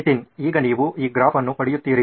ನಿತಿನ್ ಈಗ ನೀವು ಈ ಗ್ರಾಫ್ ಅನ್ನು ಪಡೆಯುತ್ತೀರಿ